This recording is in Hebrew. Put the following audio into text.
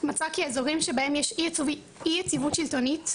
מצא כי אזורים שבהם יש אי יציבות שלטונית,